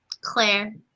Claire